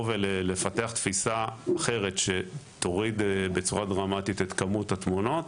פיתוח תפיסה אחרת שתוריד בצורה דרמטית את כמות התמונות.